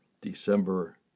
December